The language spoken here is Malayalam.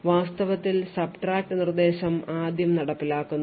വാസ്തവത്തിൽ subtract നിർദ്ദേശം ആദ്യം നടപ്പിലാക്കുന്നു